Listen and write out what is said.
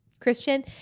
Christian